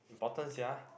important sia